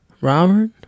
Robert